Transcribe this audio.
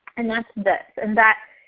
and that's this. and that